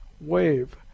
wave